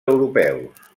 europeus